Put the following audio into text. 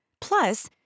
Plus